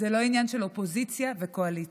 זה לא עניין של אופוזיציה וקואליציה.